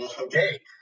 okay